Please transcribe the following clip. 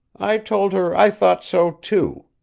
i told her i thought so, too.